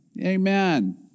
Amen